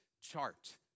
chart